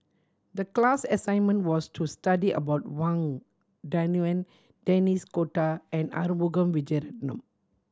the class assignment was to study about Wang Dayuan Denis D'Cotta and Arumugam Vijiaratnam